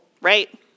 right